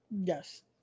Yes